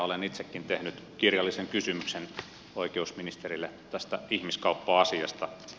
olen itsekin tehnyt kirjallisen kysymyksen oikeusministerille tästä ihmiskauppa asiasta